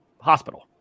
hospital